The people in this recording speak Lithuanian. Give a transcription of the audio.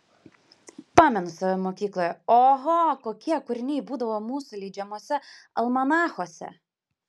pamenu save mokykloje oho kokie kūriniai būdavo mūsų leidžiamuose almanachuose